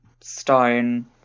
stone